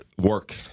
Work